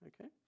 Okay